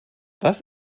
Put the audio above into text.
was